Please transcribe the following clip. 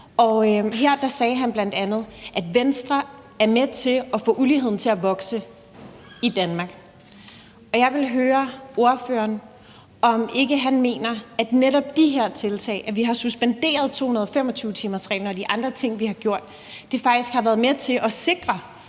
Og her sagde han bl.a., at Venstre var med til at få uligheden i Danmark til at vokse. Jeg vil høre ordføreren, om han ikke mener, at netop de her tiltag, altså det, at vi har suspenderet 225-timersreglen, og de andre ting, vi har gjort, faktisk har været med til at sikre,